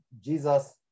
Jesus